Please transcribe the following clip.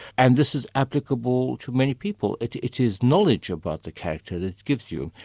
and this is applicable to many people. it it is knowledge about the character that it gives you.